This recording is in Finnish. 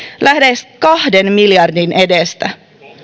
lähes kahden miljardin edestä